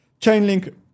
Chainlink